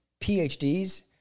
PhDs